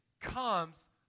comes